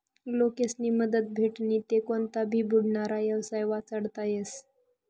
लोकेस्नी मदत भेटनी ते कोनता भी बुडनारा येवसाय वाचडता येस